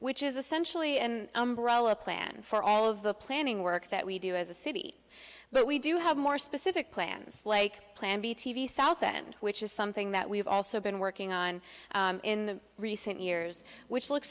which is essentially an umbrella plan for all of the planning work that we do as a city but we do have more specific plans like plan b t v southend which is something that we've also been working on in the recent years which look